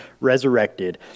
resurrected